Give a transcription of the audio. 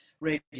radio